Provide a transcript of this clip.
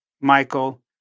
Michael